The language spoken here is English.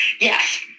Yes